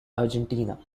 argentina